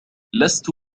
لست